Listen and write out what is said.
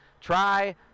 try